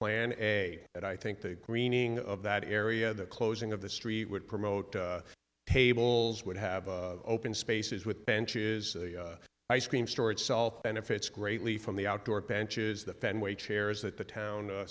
land a but i think the greening of that area the closing of the street would promote tables would have open spaces with benches ice cream store itself benefits greatly from the outdoor benches the fenway chairs that the town